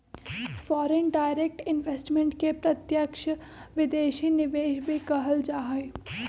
foreign direct investment के प्रत्यक्ष विदेशी निवेश भी कहल जा हई